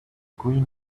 green